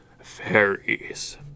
fairies